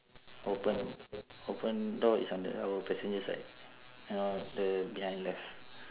open open door is under our passenger side you know the behind left